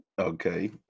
Okay